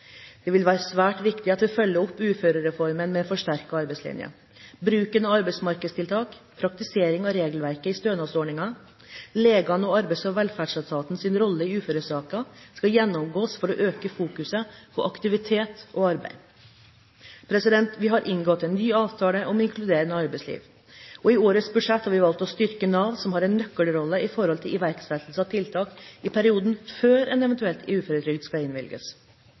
Det vil være svært viktig at vi følger opp uførereformen med forsterket arbeidslinje. Bruken av arbeidsmarkedstiltak, praktisering av regelverket i stønadsordningene og legens og Arbeids- og velferdsetatens rolle i uføresaker skal gjennomgås for å øke fokuset på aktivitet og arbeid. Vi har inngått en ny avtale om inkluderende arbeidsliv. I årets budsjett har vi valgt å styrke Nav, som har en nøkkelrolle i forhold til iverksettelse av tiltak i perioden før en eventuell uføretrygd skal innvilges.